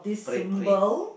pray pray